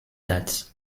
that